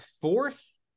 fourth